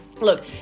look